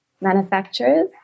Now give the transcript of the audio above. manufacturers